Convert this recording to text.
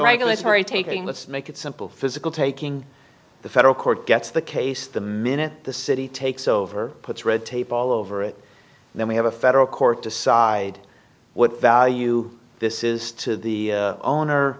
regulatory taking let's make it simple physical taking the federal court gets the case the minute the city takes over puts red tape all over it then we have a federal court decide what value this is to the owner